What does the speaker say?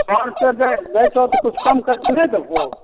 सए रुपए दै छहो तऽ किछु कम कैरके नहि देबहो